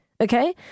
okay